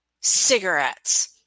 cigarettes